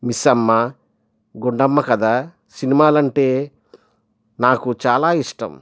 మిస్సమ్మ గుండమ్మ కథ సినిమాలు అంటే నాకు చాలా ఇష్టం